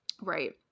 right